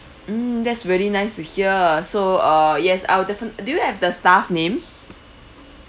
mm that's really nice to hear so uh yes I'll definite~ do you have the staff name